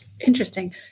Interesting